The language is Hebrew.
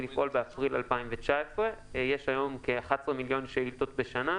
לפעול באפריל 2019. יש היום כ-11 מיליון שאילתות בשנה,